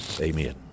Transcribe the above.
Amen